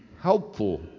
helpful